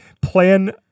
plan